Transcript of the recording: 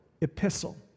epistle